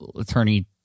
attorney